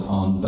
on